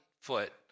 foot